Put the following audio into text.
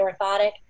orthotic